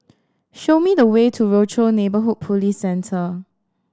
show me the way to Rochor Neighborhood Police Centre